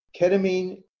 Ketamine